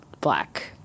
black